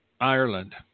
Ireland